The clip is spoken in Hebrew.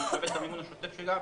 היא מקבלת את המימון השוטף שלה,